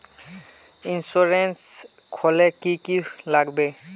Insurance खोले की की लगाबे?